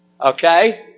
Okay